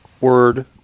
word